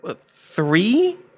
three